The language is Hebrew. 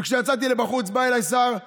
וכשיצאתי החוצה בא אליי שר התקשורת,